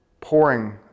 pouring